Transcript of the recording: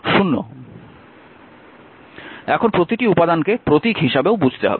এখন প্রতিটি উপাদানকে প্রতীক হিসাবেও বুঝতে হবে